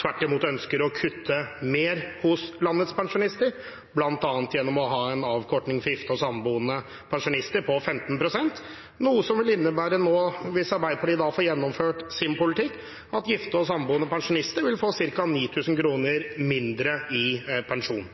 tvert imot ønsker å kutte mer hos landets pensjonister, bl.a. gjennom å ha en avkortning for gifte og samboende pensjonister på 15 pst., noe som vil innebære – hvis Arbeiderpartiet får gjennomført sin politikk – at gifte og samboende pensjonister vil få ca. 9 000 kr mindre i pensjon.